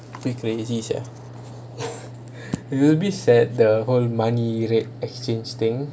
bit crazy sia we a bit sad the whole money rate exchange thing